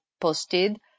posted